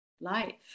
life